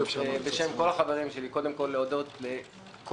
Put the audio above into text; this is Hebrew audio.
בשם כל החברים שלי אני רוצה קודם כל להודות לכל